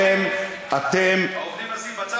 אתם כפופים לדעתו של ראש הממשלה,